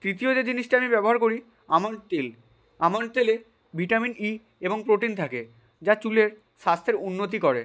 তৃতীয় যে জিনিসটা আমি ব্যবহার করি আমন্ড তেল আমন্ড তেলে ভিটামিন ই এবং প্রোটিন থাকে যা চুলের স্বাস্থ্যের উন্নতি করে